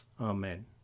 Amen